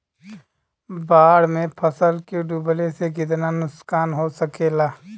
बाढ़ मे फसल के डुबले से कितना नुकसान हो सकेला?